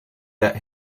that